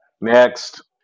Next